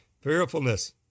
Fearfulness